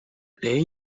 les